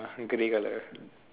grey colour